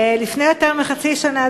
לפני יותר מחצי שנה,